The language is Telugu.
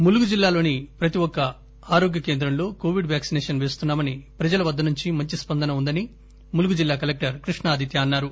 ములుగు జిల్లాలోని ప్రతి ఒక్క ఆరోగ్య కేంద్రంలో కోవిడ్ వ్యాక్సినేషన్ వేస్తున్నామని ప్రజల వద్దనుండి మంచి స్పందన ఉందని ములుగు జిల్లా కలెక్టర్ కృష్ణ ఆదిత్య అన్నారు